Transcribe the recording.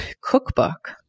cookbook